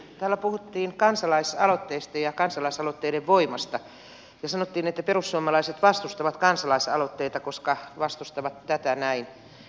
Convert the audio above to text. täällä puhuttiin kansalaisaloitteesta ja kansalaisaloitteiden voimasta ja sanottiin että perussuomalaiset vastustavat kansalaisaloitteita koska vastustavat tätä näin